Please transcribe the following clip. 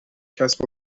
کسب